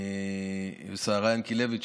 השרה ינקלביץ',